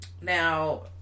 now